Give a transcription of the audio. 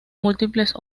múltiples